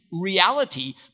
reality